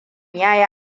yayi